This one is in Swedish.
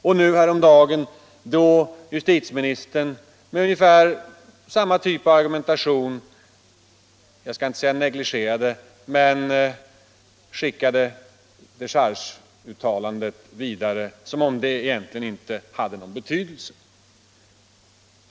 och nu häromdagen då justitiemin:stern med samma typ av argumentering, om inte negligerade så i varje fall skickade dechargeuttalandet vidare som om det egentligen inte hade någon betydelse.